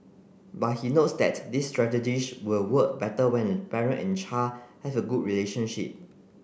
but he notes that these strategies will work better when a parent and child have a good relationship